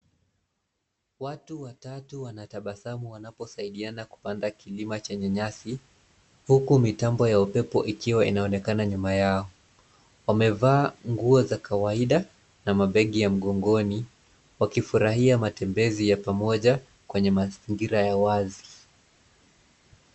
Watu watatu wanatabasamu wanaposaidiana kupanda kilima chenye nyasi, huku mitambo ya upepo ikiwa inaonekana nyuma yao. Wamevaa nguo za kawaida na mabegi ya mgongoni, wakifurahia matembezi ya pamoja kwenye mazingira ya wazi.